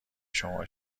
شما